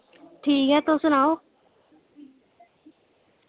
ठीक ऐ तुस सनाओ